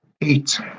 Eight